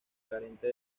carente